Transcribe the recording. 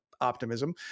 optimism